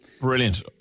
brilliant